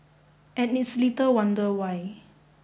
and it's little wonder why